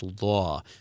law